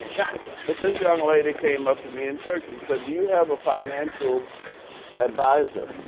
and gotcha. but this young lady came up to me in church and said, do you have a financial advisor?